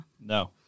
No